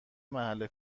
محل